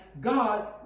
God